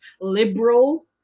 liberal